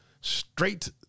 straight